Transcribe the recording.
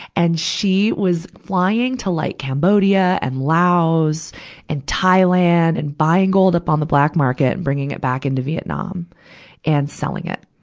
and she was flying to like cambodia and laos and thailand and buying gold up on the black market, bringing it back into vietnam and selling it.